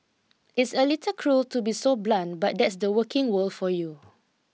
it's a little cruel to be so blunt but that's the working world for you